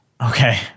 Okay